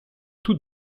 tout